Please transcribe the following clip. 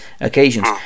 occasions